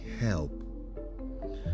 help